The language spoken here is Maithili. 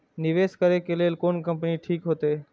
निवेश करे के लेल कोन कंपनी ठीक होते?